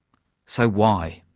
so, why?